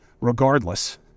Regardless